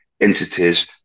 entities